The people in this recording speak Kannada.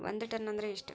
ಒಂದ್ ಟನ್ ಅಂದ್ರ ಎಷ್ಟ?